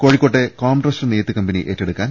കോഴിക്കോട്ടെ കോംട്രസ്റ്റ് നെയ്ത്തു കമ്പനി ഏറ്റെടുക്കാൻ